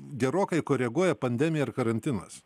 gerokai koreguoja pandemija ir karantinas